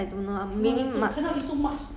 must speak in english